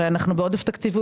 הרי אנחנו בעודף תקציבי.